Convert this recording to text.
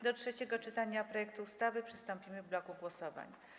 Do trzeciego czytania projektu ustawy przystąpimy w bloku głosowań.